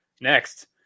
next